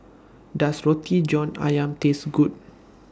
Does Roti John Ayam Taste Good